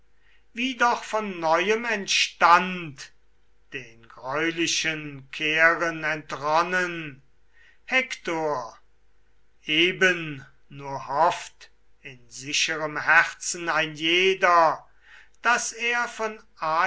wie doch von neuem erstand den greulichen keren entronnen hektor eben nur hofft in sicherem herzen ein jeder daß er von